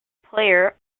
player